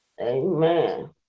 Amen